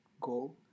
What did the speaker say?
goal